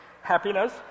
happiness